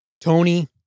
Tony